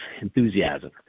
enthusiasm